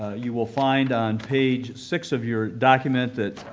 you will find on page six of your document that